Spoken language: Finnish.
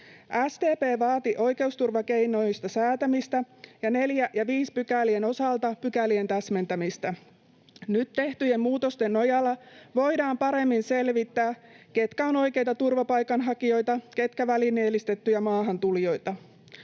SDP vaati oikeusturvakeinoista säätämistä ja pykälien 4 ja 5 osalta pykälien täsmentämistä. Nyt tehtyjen muutosten nojalla voidaan paremmin selvittää, ketkä ovat oikeita turvapaikanhakijoita, ketkä välineellistettyjä maahantulijoita.